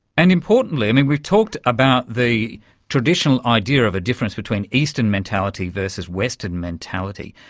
and importantly, i mean, we've talked about the traditional idea of a difference between eastern mentality versus western mentality,